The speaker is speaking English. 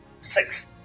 Six